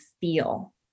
feel